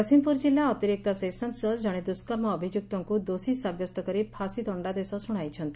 ଜଗତସିଂହପୁର କିଲ୍ଲା ଅତିରିକ୍ତ ସେସନ୍ସ ଜଜ୍ ଜଣେ ଦୁଷ୍କର୍ମ ଅଭିଯୁକ୍ତଙ୍କୁ ଦୋଷୀ ସାବ୍ୟସ୍ତ କରି ଫାଶୀଦଶ୍ତାଦେଶ ଶ୍ବଣାଇଛନ୍ତି